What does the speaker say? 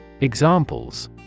Examples